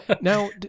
Now